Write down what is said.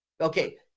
Okay